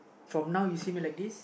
from now you see me like this